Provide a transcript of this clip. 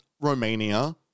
Romania